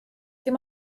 dim